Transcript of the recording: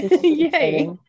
Yay